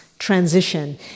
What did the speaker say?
transition